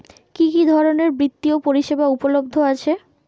কি কি ধরনের বৃত্তিয় পরিসেবা উপলব্ধ আছে?